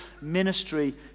ministry